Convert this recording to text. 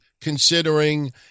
considering